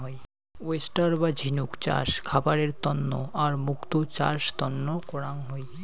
oyster বা ঝিনুক চাষ খাবারের তন্ন আর মুক্তো চাষ তন্ন করাং হই